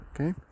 okay